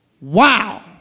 Wow